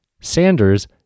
Sanders